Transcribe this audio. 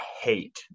hate